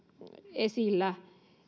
esillä